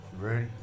ready